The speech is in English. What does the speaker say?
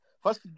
First